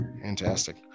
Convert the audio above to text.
fantastic